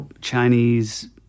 Chinese